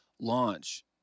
launch